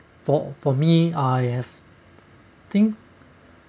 for for me I have think